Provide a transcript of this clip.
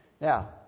Now